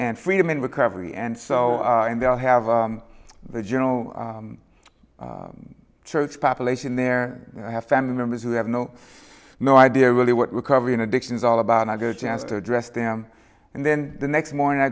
and freedom in recovery and so in there i have the general church population there i have family members who have no no idea really what recovery an addiction is all about and i get a chance to address them and then the next morning i